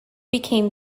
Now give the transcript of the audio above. became